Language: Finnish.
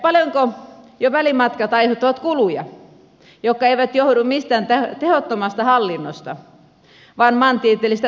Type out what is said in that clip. paljonko jo välimatkat aiheuttavat kuluja jotka eivät johdu mistään tehottomasta hallinnosta vaan maantieteellisistä tosiasioista